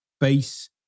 base